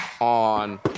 on